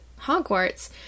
Hogwarts